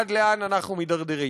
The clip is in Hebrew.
עד לאן אנחנו מתדרדרים.